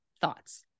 thoughts